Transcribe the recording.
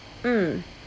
mm